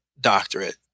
doctorate